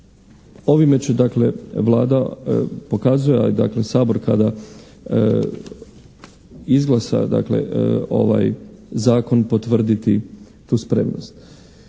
Ovime će dakle Vlada pokazuje, dakle Sabor kada izglasa ovaj zakon potvrditi tu spremnost.